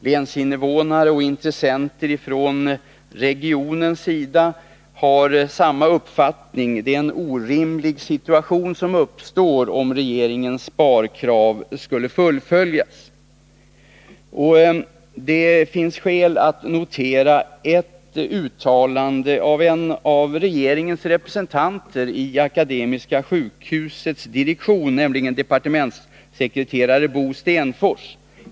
Länsinvånare och intressenter från regionen har samma uppfattning, att en orimlig situation uppstår, om regeringens sparkrav fullföljs. Det finns skäl att notera ett uttalande av en av regeringens representanter i Akademiska sjukhusets direktion, nämligen departementssekreterare Bo Stenfors.